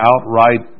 outright